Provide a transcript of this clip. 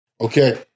Okay